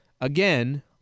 again